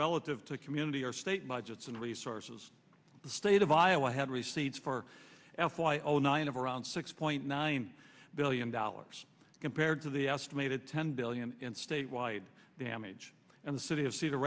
relative to community or state budgets and resources the state of iowa had receipts for f y o nine of around six point nine billion dollars compared to the estimated ten billion in state wide damage and the city of cedar